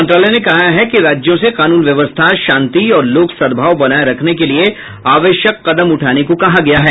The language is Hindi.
मंत्रालय ने कहा है कि राज्यों से कानून व्यवस्था शांति और लोक सद्भाव बनाये रखने के लिए आवश्यक कदम उठाने को कहा गया है